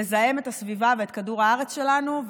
לזהם את הסביבה ואת כדור הארץ שלנו.